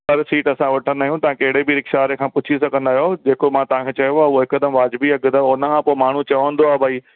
पर सीट असां वठंदा आहियूं तव्हां कहिड़े बि रिक्शा वारे खां पुछी सघंदा आहियो जेको मां तव्हांखे चयो आहे उहा हिकदमि वाजिबी आह हिकदमि उनखां पोइ माण्हू चवंदो आहे भई